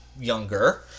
younger